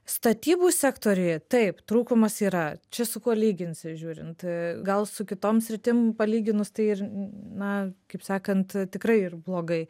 statybų sektoriuje taip trūkumas yra čia su kuo lyginsi žiūrint gal su kitom sritim palyginus tai ir na kaip sakant tikrai ir blogai